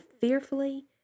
fearfully